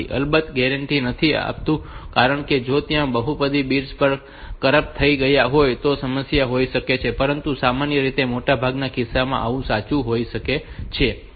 અલબત્ત તે ગેરેંટી નથી આપતું કારણ કે જો ત્યાં બહુવિધ બિટ્સ કરપટ થઈ ગયા હોય તો સમસ્યા હોઈ શકે છે પરંતુ સામાન્ય રીતે મોટાભાગના કિસ્સાઓમાં આ સાચું હોઈ શકે છે